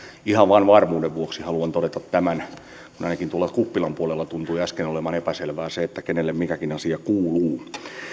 ihan vain varmuuden vuoksi haluan todeta tämän kun ainakin tuolla kuppilan puolella tuntui äsken olevan epäselvää se kenelle mikäkin asia kuuluu